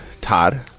Todd